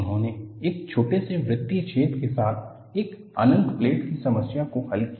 उन्होंने एक छोटे से वृतीय छेद के साथ एक अनंत प्लेट की समस्या को हल किया